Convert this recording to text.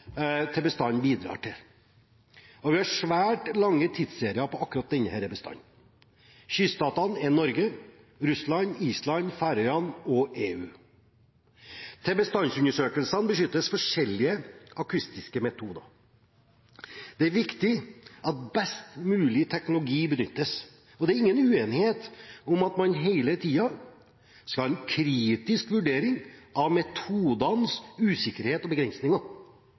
til bestanden bidrar til, og vi har svært lange tidsserier for akkurat denne bestanden. Kyststatene er Norge, Russland, Island, Færøyene og EU. Til bestandsundersøkelsene benyttes forskjellige akustiske metoder. Det er viktig at best mulig teknologi benyttes, og det er ingen uenighet om at man hele tiden skal ha en kritisk vurdering av metodenes usikkerhet og begrensninger.